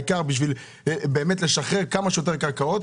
העיקר לשחרר כמה שיותר קרקעות.